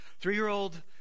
three-year-old